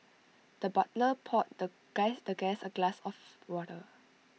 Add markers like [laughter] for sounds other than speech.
the butler poured the [unintelligible] the guest A glass of water